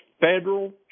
federal